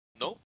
No